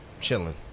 chilling